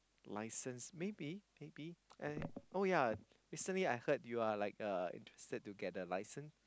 license maybe maybe eh oh yea recently I heard you are like a interested to get a license